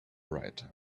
right